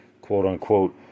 quote-unquote